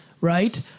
right